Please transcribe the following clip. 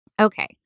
Okay